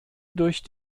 durch